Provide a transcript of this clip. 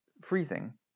freezing